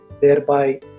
thereby